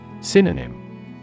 Synonym